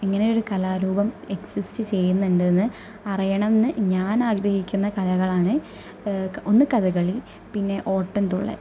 ഇങ്ങനെയൊരു കലാരൂപം എക്സിസ്റ്റ് ചെയ്യുന്നുണ്ട് എന്ന് അറിയണമെന്ന് ഞാനാഗ്രഹിക്കുന്ന കലകളാണ് ഒന്ന് കഥകളി പിന്നെ ഓട്ടന്തുള്ളല്